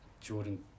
Jordan